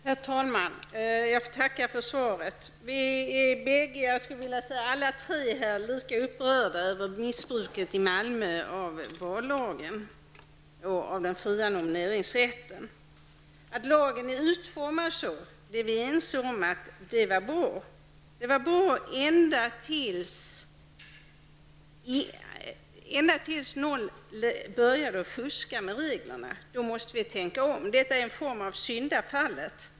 Herr talman! Jag tackar för svaret. Vi är alla tre lika upprörda över missbruket i Malmö av vallagen och av den fria nomineringsrätten. Vi är ense om att det är bra att lagen är utformad som den är -- dvs. det var bra ända tills någon började fuska med reglerna, men i och med att detta har hänt måste vi tänka om. Detta är en form av syndafallet.